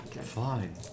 Fine